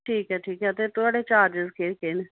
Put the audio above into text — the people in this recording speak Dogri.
ठीक ऐ ठीक ऐ ते थुआढ़े चार्जेस केह् केह् न